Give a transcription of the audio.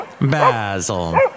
Basil